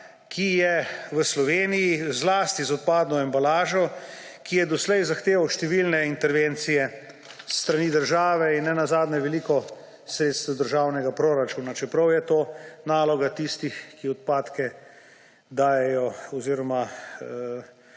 sistema zlasti z odpadno embalažo, ki je doslej zahteval številne intervencije s strani države in nenazadnje veliko sredstev iz državnega proračuna, čeprav je to naloga tistih, ki odpadke dajejo oziroma